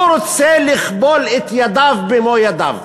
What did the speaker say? הוא רוצה לכבול את ידיו במו-ידיו.